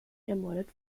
ermordet